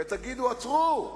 ותגידו: עצרו,